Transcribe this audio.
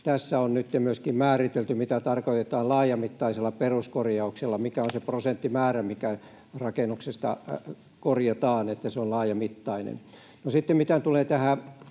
tässä on nytten myöskin määritelty, mitä tarkoitetaan laajamittaisella peruskorjauksella ja mikä se prosenttimäärä, mikä rakennuksesta korjataan, on ”laajamittainen”. No sitten, mitä tulee tähän